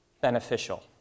beneficial